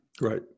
Right